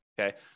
okay